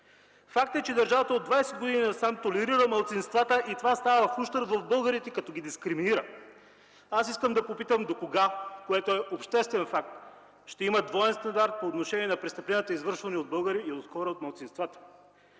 Факт е, че държавата от 20 години насам толерира малцинствата и това става в ущърб на българите като ги дискриминира. Аз искам да попитам: докога, което е обществен факт, ще има двоен стандарт по отношение на престъпленията, извършвани от българи и от хора от малцинствата?